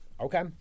Okay